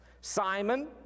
Simon